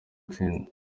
gutsinda